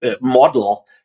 model